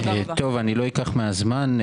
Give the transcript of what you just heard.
אני לא אקח מהזמן,